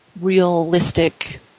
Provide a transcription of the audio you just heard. realistic